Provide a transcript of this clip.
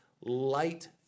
light